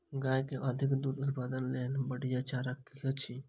गाय केँ अधिक दुग्ध उत्पादन केँ लेल बढ़िया चारा की अछि?